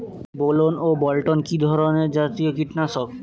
গোলন ও বলটন কি ধরনে জাতীয় কীটনাশক?